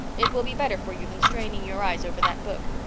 it will be better for you than straining your eyes over that book.